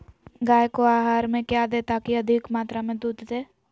गाय को आहार में क्या दे ताकि अधिक मात्रा मे दूध दे?